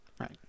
Right